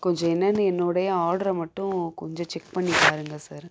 கொஞ்சம் என்னென்னு என்னோடய ஆட்ரை மட்டும் கொஞ்சம் செக் பண்ணி பாருங்க சார்